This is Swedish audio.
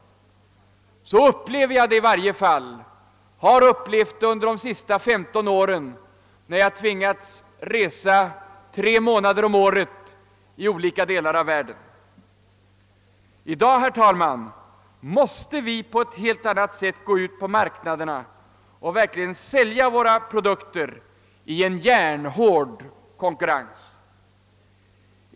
«Så upplever jag det i varje fall och har upplevt det under de senaste 15 åren när jag tvingats att resa tre månader om året i olika delar av världen. I dag, herr talman, måste vi på ett helt annat sätt gå ut på marknaderna och verkligen sälja våra produkter i en järnhård konkurrens.